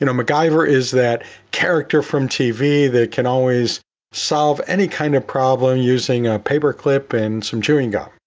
you know macgyver is that character from tv that can always solve any kind of problem using a paperclip and some chewing gum.